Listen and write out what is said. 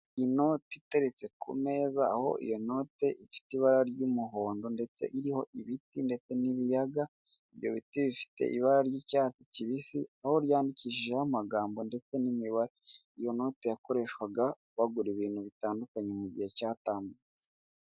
Inote iteretse ku meza aho iyo note ifite ibara ry'umuhondo ndetse iriho ibiti ndetse n'ibiyaga, ibyo biti bifite ibara ry'icyatsi kibisi, aho ryandikishijeho amagambo ndetse n'imibare, iyo note yakoreshwaga bagura ibintu bitandukanye mu gihe cyatambutse.